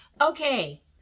Okay